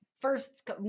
first